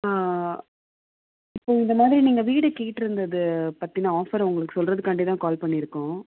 இப்போது இந்த மாதிரி நீங்கள் வீடு கேட்டிருந்தது பற்றின ஆஃபர் உங்களுக்கு சொல்கிறதுக்காண்டி தான் கால் பண்ணியிருக்கோம்